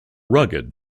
rugged